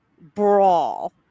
brawl